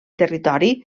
territori